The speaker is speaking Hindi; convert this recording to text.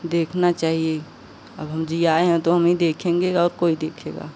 देखना चाहिए अब हम जियाए हैं तो हम ही देखेंगे और कोई देखेगा